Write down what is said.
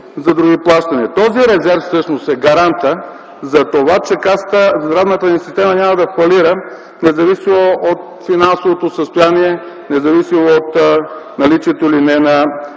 за други плащания. Този резерв всъщност е гарантът за това, че Касата в здравната ни система няма да фалира, независимо от финансовото състояние, независимо от наличието или не на